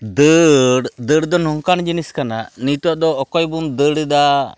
ᱫᱟᱹᱲ ᱫᱟᱹᱲ ᱫᱚ ᱱᱚᱝᱠᱟᱱ ᱡᱤᱱᱤᱥ ᱠᱟᱱᱟ ᱱᱤᱛᱟᱹᱜ ᱫᱚ ᱚᱠᱚᱭᱵᱚᱱ ᱫᱟᱹᱲ ᱮᱫᱟ